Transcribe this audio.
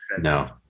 No